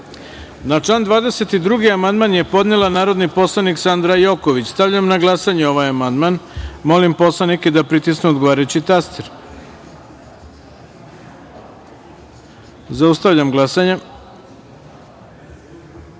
član 6. amandman je podnela narodni poslanik Sandra Božić. Stavljam na glasanje ovaj amandman. Molim narodne poslanike da pritisnu odgovarajući taster. Zaustavljam glasanje: